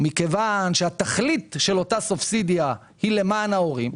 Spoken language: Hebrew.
מכיוון שהתכלית של אותה סובסידיה היא למען ההורים,